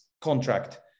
contract